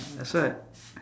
that's why